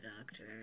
doctor